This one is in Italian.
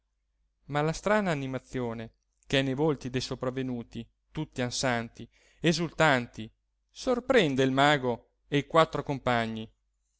ma la strana animazione che è nei volti dei sopravvenuti tutti ansanti esultanti sorprende il mago e i quattro compagni